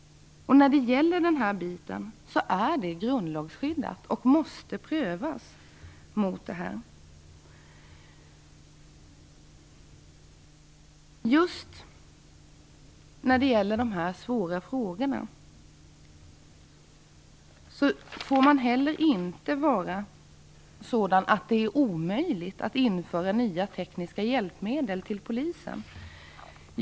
Den här frågan är grundlagsskyddad och måste prövas. Just när det gäller de här svåra frågorna får man heller inte vara sådan att det är omöjligt att införa nya tekniska hjälpmedel för polisen.